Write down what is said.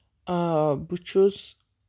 آ بہٕ چھُس